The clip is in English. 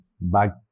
back